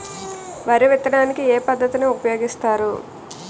వరి విత్తడానికి ఏ పద్ధతిని ఉపయోగిస్తారు?